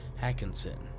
Hackinson